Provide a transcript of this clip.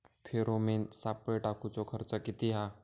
Pheromone सापळे टाकूचो खर्च किती हा?